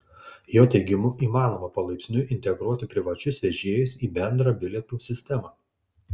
jo teigimu įmanoma palaipsniui integruoti privačius vežėjus į bendrą bilietų sistemą